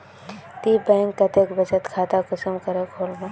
ती बैंक कतेक बचत खाता कुंसम करे खोलबो?